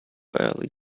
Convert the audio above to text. early